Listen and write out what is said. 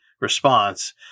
response